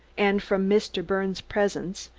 and from mr. birnes' presence,